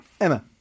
Emma